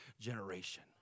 generation